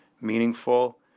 meaningful